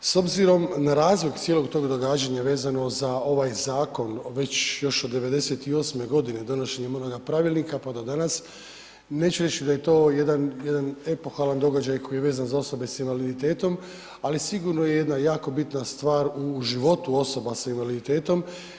S obzirom na razlog cijelog tog događanja vezano za ovaj zakon već još od '98. godine donošenjem onoga pravilnika pa do danas, neću reći da je to jedan epohalan događaj koji je vezan za osobe sa invaliditetom ali sigurno je jedna jako bitna stvar u životu osoba sa invaliditetom.